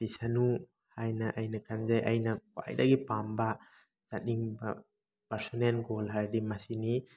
ꯕꯤꯁꯅꯨ ꯍꯥꯏꯅ ꯑꯩꯅ ꯈꯟꯖꯩ ꯑꯩꯅ ꯈ꯭ꯋꯥꯏꯗꯒꯤ ꯄꯥꯝꯕ ꯑꯅꯤꯡꯕ ꯄꯥꯔꯁꯣꯅꯦꯜ ꯒꯣꯜ ꯍꯥꯏꯔꯗꯤ ꯃꯁꯤꯅꯤ